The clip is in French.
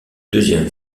deuxième